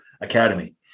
Academy